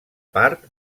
part